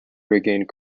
regained